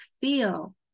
feel